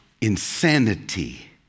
Insanity